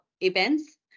events